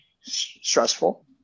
stressful